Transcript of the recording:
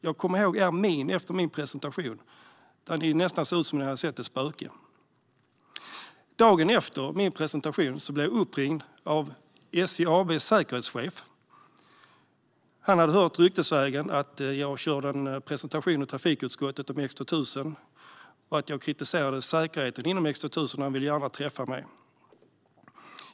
Ni såg nästan ut som om ni hade sett ett spöke. Dagen efter min presentation blev jag uppringd av SJ AB:s säkerhetschef. Han hade hört ryktesvägen att jag hållit en presentation i trafikutskottet och kritiserat säkerheten hos X 2000, och han ville gärna träffa mig.